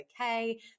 okay